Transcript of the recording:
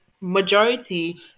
majority